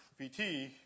Vt